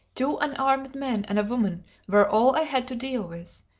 two unarmed men and a woman were all i had to deal with,